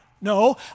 No